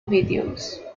videos